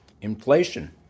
Inflation